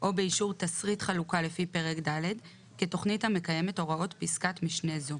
או באישור תשריט חלוקה לפי פרק ד' כתכנית המקיימת הוראות פסקת משנה זו.